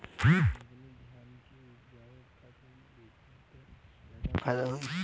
हम अपने धान के उपज कहवा बेंचि त ज्यादा फैदा होई?